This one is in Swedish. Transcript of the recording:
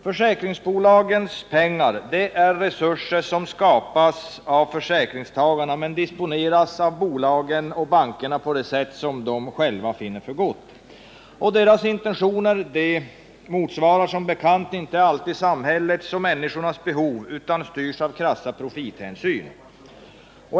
Försäkringsbolagens pengar är resurser som skapas av försäkringstagarna men disponeras av bolagen och bankerna på det sätt som de själva finner för gott. Och deras intentioner motsvarar som bekant inte alltid samhällets och människornas behov, utan styrs av krassa profithänsyn.